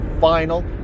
final